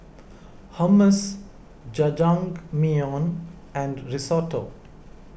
Hummus Jajangmyeon and Risotto